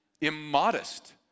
immodest